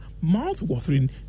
mouth-watering